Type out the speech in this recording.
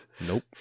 nope